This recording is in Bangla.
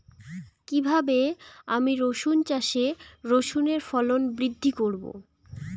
কীভাবে আমি রসুন চাষে রসুনের ফলন বৃদ্ধি করব?